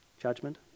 judgment